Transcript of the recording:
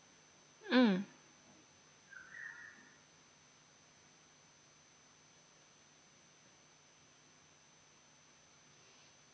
mm